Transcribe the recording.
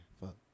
Fuck